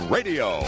Radio